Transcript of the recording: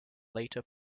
later